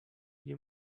you